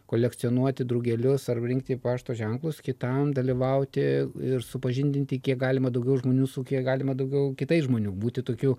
kolekcionuoti drugelius arba rinkti pašto ženklus kitam dalyvauti ir supažindinti kiek galima daugiau žmonių su kiek galima daugiau kitais žmonių būti tokiu